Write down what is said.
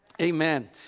Amen